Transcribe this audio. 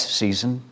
season